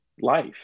life